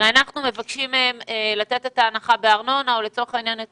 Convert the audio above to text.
אנחנו הרי מבקשים מהן לתת את ההנחה בארנונה או לצורך העניין את